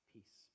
Peace